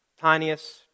tiniest